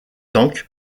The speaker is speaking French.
tank